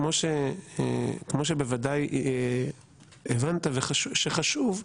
כמו שבוודאי הבנת שחשוב,